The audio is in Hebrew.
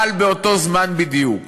אבל באותו זמן בדיוק,